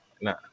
Nah